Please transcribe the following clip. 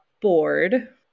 bored